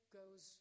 goes